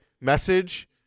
Message